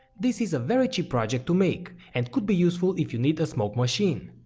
this is a very cheap project to make and could be useful if you need a smoke machine.